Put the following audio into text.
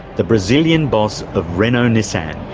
the brazilian boss of renault nissan,